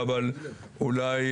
כל רשות